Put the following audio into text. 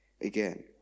Again